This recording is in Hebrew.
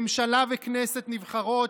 ממשלה וכנסת נבחרות,